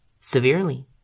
severely